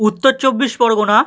Uttar Chabbish Pargana